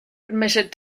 admitted